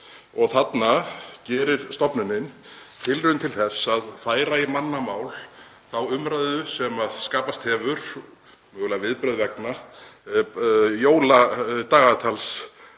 Þarna gerir stofnunin tilraun til að færa í mannamál þá umræðu sem skapast hefur, mögulega viðbrögð vegna, jóladagatals